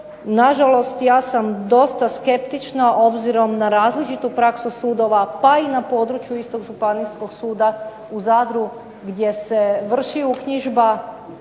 Nažalost, ja sam dosta skeptična obzirom na različitu praksu sudova pa i na području istog Županijskog suda u Zadru gdje se vrši uknjižba